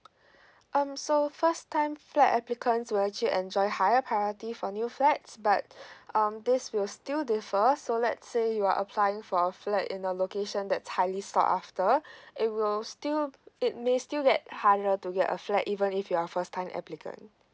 um so first time flat applicants will actually enjoy higher priority for new flats but um this will still differ so let's say you are applying for a flat in a location that's highly sold after it will still it may still get harder to get a flat even if you're first time applicant